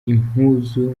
impuzu